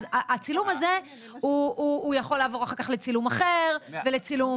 הצילום הזה יכול לעבור לצילום אחר ולצילום